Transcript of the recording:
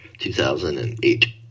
2008